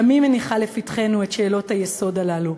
גם היא מניחה לפתחנו את שאלות היסוד האלה,